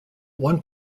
one